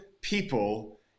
people